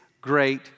great